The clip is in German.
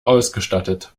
ausgestattet